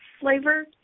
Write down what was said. flavor